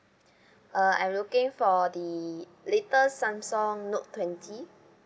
uh I'm looking for the latest samsung note twenty